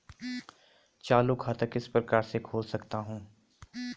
चालू खाता किस प्रकार से खोल सकता हूँ?